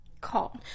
call